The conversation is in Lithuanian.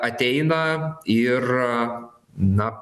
ateina ir na